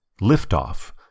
Liftoff